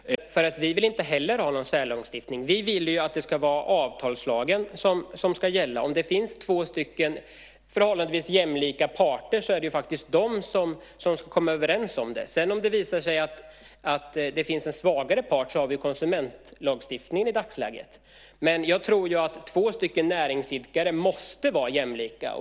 Herr talman! På den punkten är vi eniga, därför att vi vill inte heller ha någon särlagstiftning. Vi vill att det ska vara avtalslagen som ska gälla. Om det finns två stycken förhållandevis jämlika parter är det faktiskt de som ska komma överens om det. Sedan om det visar sig att det finns en svagare part har vi konsumentlagstiftningen i dagsläget. Men jag tror att två stycken näringsidkare måste vara jämlika.